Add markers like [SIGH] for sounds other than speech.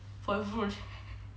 for your project [LAUGHS]